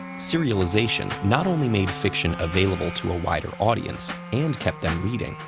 serialization not only made fiction available to a wider audience and kept them reading,